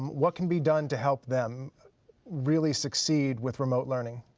what can be done to help them really succeed with remote learning?